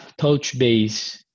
Touchbase